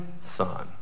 son